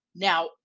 Now